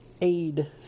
aid